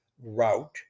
route